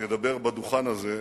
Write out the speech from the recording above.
ידבר על הדוכן הזה,